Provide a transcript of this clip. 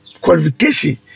qualification